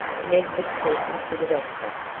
ned was talking to the doctor.